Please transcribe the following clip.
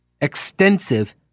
extensive